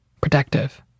Protective